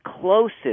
closest